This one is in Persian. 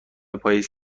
پائیز